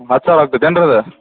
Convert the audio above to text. ಹತ್ತು ಸಾವಿರ ಆಗ್ತೈತಿ ಏನು ರೀ ಅದು